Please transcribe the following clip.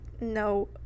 No